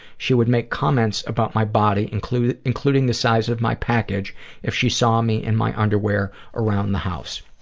she would make comments about my body, including including the size of my package if she saw me in my underwear around the house.